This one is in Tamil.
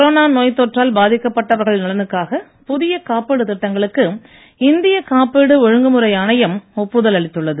கொரோனா நோய் தொற்றால் பாதிக்கப்பட்டவர்கள் நலனுக்காக புதிய காப்பீடு திட்டங்களுக்கு இந்திய காப்பீடு ஒழுங்குமுறை ஆணையம் ஒப்புதல் அளித்துள்ளது